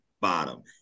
bottom